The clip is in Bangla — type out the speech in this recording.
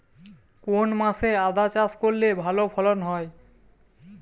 কোন মাসে আদা চাষ করলে ভালো ফলন হয়?